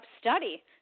study